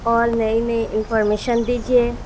اور نئی نئی انفارمیشن دیجیے